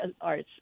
Arts